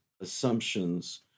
assumptions